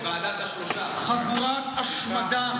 חבורת השמדה.